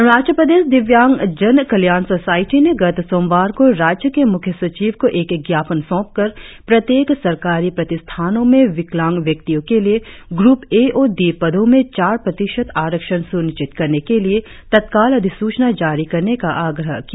अरुणाचल प्रदेश दिव्यांगजन कल्याण सोसायटी ने गत सोमवार को राज्य के मुख्य सचिव को एक ज्ञापन सौंपकर प्रत्येक सरकारी प्रतिष्ठनों में विकलांग व्यक्तियों के लिए ग्रूप ए और डी पदों में चार प्रतिशत आरक्षण सुनिश्चित करने के लिए तत्काल अधिसूचना जारी करने का आग्रह किया